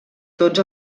tots